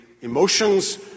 emotions